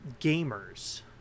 gamers